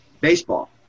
baseball